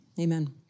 amen